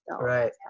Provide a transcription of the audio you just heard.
Right